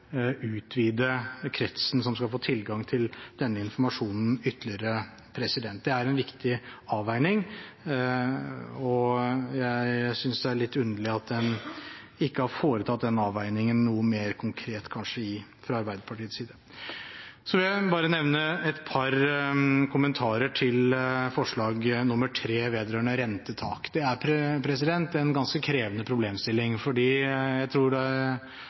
utvide kretsen som skal få tilgang til denne informasjonen, ytterligere. Det er en viktig avveining, og jeg synes kanskje det er litt underlig at en ikke har foretatt den avveiningen noe mer konkret fra Arbeiderpartiets side. Så har jeg bare et par kommentarer til forslag nr. 1, vedrørende rentetak. Det er en ganske krevende problemstilling, for jeg tror det er